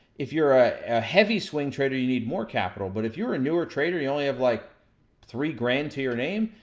if you're a heavy swing trader, you need more capital. but if you're a newer trader and you only have like three grand to your name,